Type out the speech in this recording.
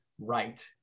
right